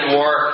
war